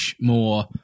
more